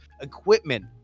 equipment